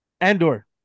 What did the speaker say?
andor